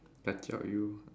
I tell you